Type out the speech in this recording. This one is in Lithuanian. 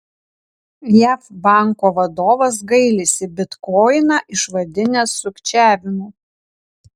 jav banko vadovas gailisi bitkoiną išvadinęs sukčiavimu